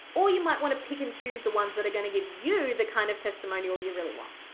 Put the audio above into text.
or you might wanna pick and choose the ones that're gonna give you the kind of testimonial you really want.